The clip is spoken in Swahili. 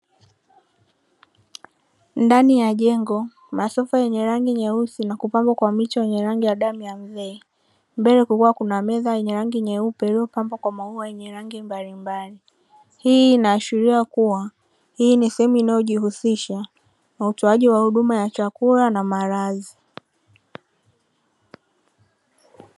Ndani ya jengo, masofa yenye rangi nyeusi na kupambwa kwa mito yenye rangi ya damu ya mzee, mbele kukiwa kuna meza yenye rangi nyeupe iliyopambwa kwa maua yenye rangi mbalimbali. Hii inaashiria kuwa hii ni sehemu inayojihusisha na utoaji wa huduma ya chakula na malazi.